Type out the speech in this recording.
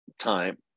time